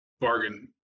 bargain